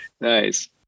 Nice